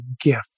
gift